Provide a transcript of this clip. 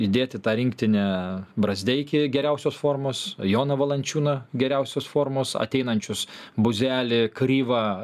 įdėti tą rinktinę brazdeikį geriausios formos joną valančiūną geriausios formos ateinančius buzelį kryvą